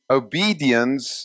obedience